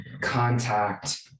contact